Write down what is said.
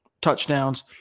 touchdowns